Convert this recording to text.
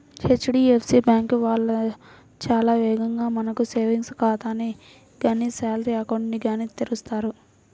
HDFC bank వాళ్ళు చాలా వేగంగా మనకు సేవింగ్స్ ఖాతాని గానీ శాలరీ అకౌంట్ ని గానీ తెరుస్తారు